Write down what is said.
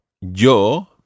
yo